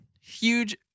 huge